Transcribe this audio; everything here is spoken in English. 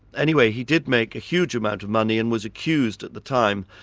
anyway, he did make a huge amount of money and was accused at the time,